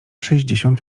sześćdziesiąt